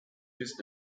his